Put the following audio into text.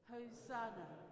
Hosanna